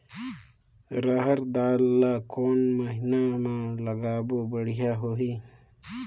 रहर दाल ला कोन महीना म लगाले बढ़िया होही?